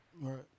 right